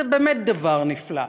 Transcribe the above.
וזה באמת דבר נפלא,